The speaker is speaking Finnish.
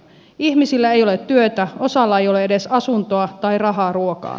ihmisillä ei ole työtä osalla ei ole edes asuntoa tai rahaa ruokaan